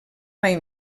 mai